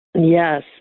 Yes